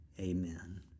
amen